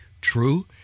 true